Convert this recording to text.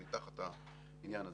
אני תחת העניין הזה.